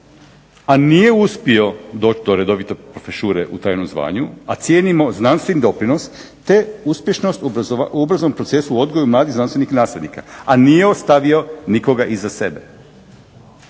a nije uspio doći do redovite profesure u trajnom zvanju, a cijenimo znanstveni doprinos, te uspješnost u obrazovnom procesu u odgoju mladih znanstvenih nasljednika. A nije ostavio nikoga iza sebe.